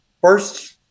first